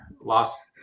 lost